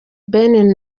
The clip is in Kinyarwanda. ben